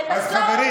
תחזור,